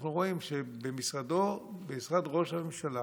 אנחנו רואים שבמשרד ראש הממשלה